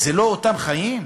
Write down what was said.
אלו לא אותם חיים?